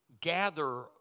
gather